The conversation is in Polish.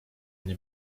nie